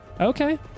Okay